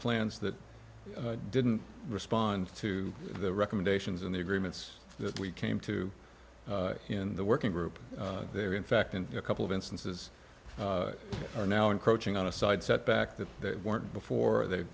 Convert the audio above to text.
plans that didn't respond to the recommendations and the agreements that we came to in the working group there in fact in a couple of instances are now encroaching on a side setback that they weren't before they